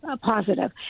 positive